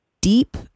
deep